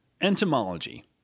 Entomology